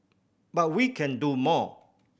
but we can do more